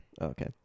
Okay